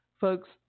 Folks